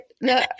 No